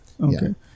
Okay